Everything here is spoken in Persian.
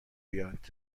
بیاد